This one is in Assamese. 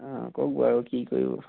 অঁ কওক বাৰু কি কৰিব